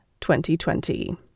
2020